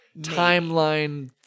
timeline